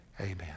amen